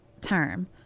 term